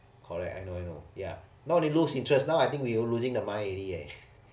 correct I know I know ya now they lose interest now I think we all losing the mind already leh